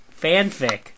Fanfic